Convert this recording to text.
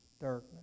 darkness